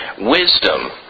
wisdom